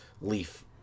leaf